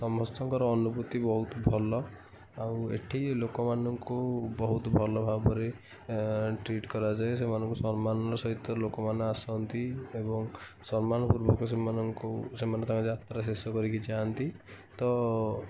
ସମସ୍ତଙ୍କର ଅନୁଭୂତି ବହୁତ ଭଲ ଆଉ ଏଠି ଲୋକମାନଙ୍କୁ ବହୁତ ଭଲ ଭାବରେ ଟ୍ରିଟ୍ କରାଯାଏ ସେମାନଙ୍କୁ ସମ୍ମାନର ସହିତ ଲୋକମାନେ ଆସନ୍ତି ଏବଂ ସମ୍ମାନ ପୂର୍ବକ ସେମାନଙ୍କୁ ସେମାନେ ତାଙ୍କ ଯାତ୍ରା ଶେଷ କରିକି ଯାଆନ୍ତି ତ